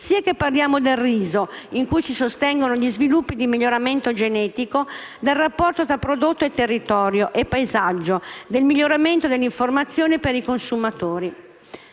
sia che parliamo del settore del riso, di cui si sostengono gli sviluppi di miglioramento genetico, del rapporto tra prodotto e territorio e paesaggio, del miglioramento dell'informazione per i consumatori.